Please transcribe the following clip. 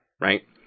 right